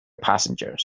passengers